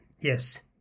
Yes